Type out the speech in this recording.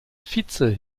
vize